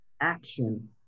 action